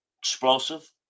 explosive